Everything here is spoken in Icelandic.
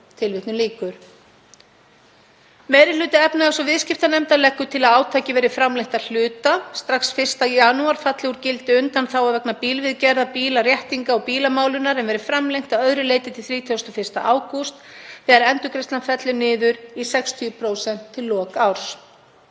áhrifum nú.“ Meiri hluti efnahags- og viðskiptanefndar leggur til að átakið verið framlengt að hluta. Strax 1. janúar falli úr gildi undanþága vegna bílaviðgerða, bílaréttinga og bílamálana, en það verði framlengt að öðru leyti til 31. ágúst þegar endurgreiðslan fellur niður í 60% í lok árs.